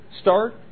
start